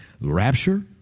rapture